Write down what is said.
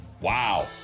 Wow